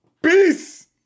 Peace